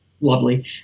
lovely